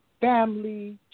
family